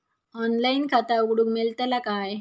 Online खाता उघडूक मेलतला काय?